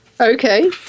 Okay